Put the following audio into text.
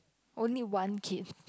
only one kid